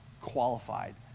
qualified